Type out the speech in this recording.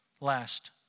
Last